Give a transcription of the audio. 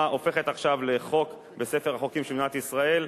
הופכת עכשיו לחוק בספר החוקים של מדינת ישראל,